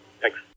Thanks